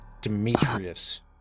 Demetrius